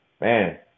man